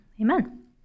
amen